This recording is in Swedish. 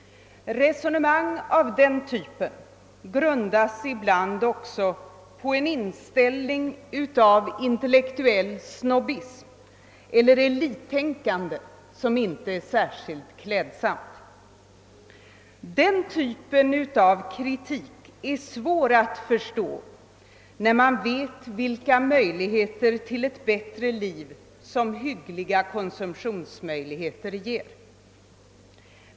Resonemang av denna typ grundas ibland också på en inställning av intellektuell snobbism eller elittänkande som inte är särskilt klädsam. Den typen av kritik är svår att förstå, när man vet vilka möjligheter till ett bättre liv som hyggliga konsumtionsvillkor ger.